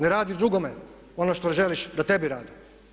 Ne radi drugome ono što ne želiš da tebi rade.